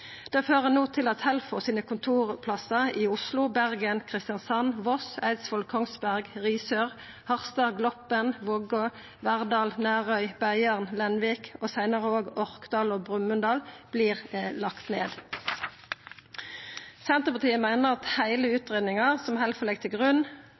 Det fører no til at Helfos kontorplassar i Oslo, Bergen, Kristiansand, Voss, Eidsvoll, Kongsberg, Risør, Harstad, Gloppen, Vågå, Verdal, Nærøy, Beiarn, Lenvik, seinare òg Orkdal og Brummunddal, vert lagde ned. Senterpartiet meiner at heile